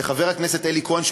לחבר הכנסת אלי כהן,